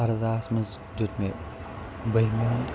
اَردہ ہَس مَنٛز دِیُت مےٚ بٔہمہِ ہُنٛد